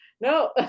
no